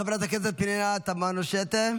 חברת הכנסת פנינה תמנו שטה,